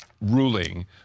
ruling